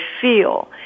feel